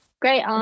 Great